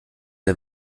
der